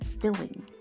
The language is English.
filling